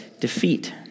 defeat